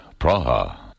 Praha